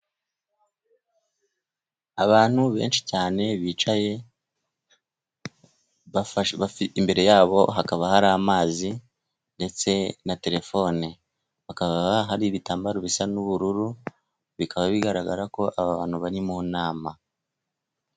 Abantu benshi cyane bicaye, imbere yabo hakaba hari amazi ndetse na terefone. Hakaba hari ibitambaro bisa n'ubururu, bikaba bigaragara ko aba bantu bari mu nama.